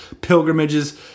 pilgrimages